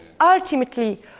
ultimately